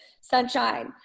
sunshine